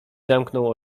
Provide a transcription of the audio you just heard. zamknął